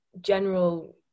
general